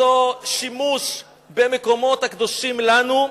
אותו שימוש במקומות הקדושים לנו,